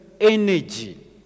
energy